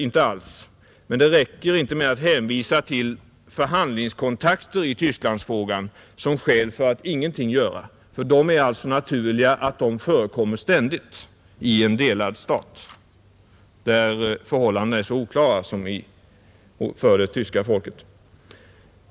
Inte alls. Men det räcker inte med att hänvisa till förhandlingskontakter i Tysklandsfrågan som skäl för att ingenting göra, ty det är så naturligt att de förekommer ständigt i en delad stat, där förhållandena är så oklara som för det tyska folket.